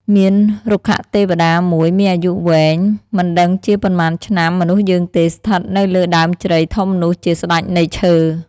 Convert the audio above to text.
មានរុក្ខទេវតាមួយមានអាយុវែងមិនដឹងជាប៉ុន្មានឆ្នាំមនុស្សយើងទេ ស្ថិត នៅលើដើមជ្រៃធំនោះជាស្ដេចនៃឈើ ។